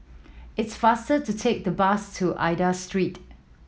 it's faster to take the bus to Aida Street